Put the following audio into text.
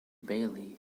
bailey